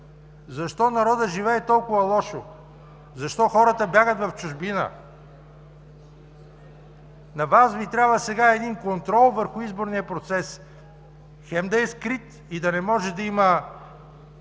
защо народът живее толкова лошо, защо хората бягат в чужбина. На Вас Ви трябва сега един контрол върху изборния процес – хем да е скрит и да не може да има